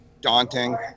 daunting